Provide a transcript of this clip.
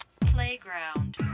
playground